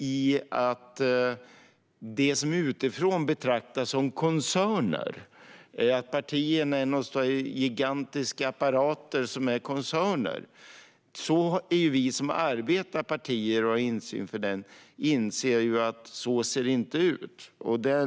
Partierna kan utifrån betraktade framstå som gigantiska apparater som är koncerner, men vi som arbetar i partier och har insyn i dem inser att det inte ser ut så.